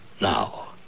Now